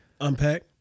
unpack